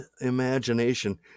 imagination